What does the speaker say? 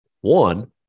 one